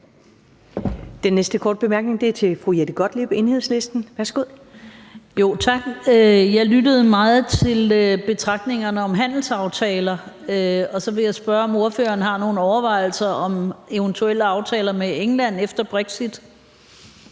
Jeg lyttede meget til betragtningerne om handelsaftaler, og så vil jeg spørge, om ordføreren har nogen overvejelser om eventuelle aftaler med England efter brexit.